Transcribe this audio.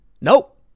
Nope